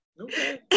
Okay